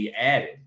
added